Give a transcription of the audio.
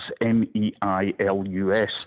M-E-I-L-U-S